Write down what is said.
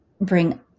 bring